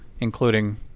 including